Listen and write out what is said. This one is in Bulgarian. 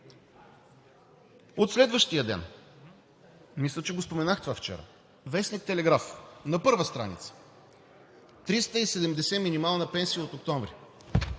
От следващия ден – мисля, че го споменах това вчера – вестник „Телеграф“ на първа страница – 370 лв. минимална пенсия от месец октомври;